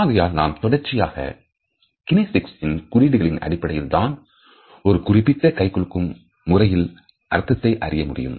ஆகையால் நாம் தொடர்ச்சியாக கினேசிக்ஸ் இன் குறியீடுகளின் அடிப்படையில் தான் ஒரு குறிப்பிட்ட கைகுலுக்கும் முறையில் அர்த்தத்தை அறிய முடியும்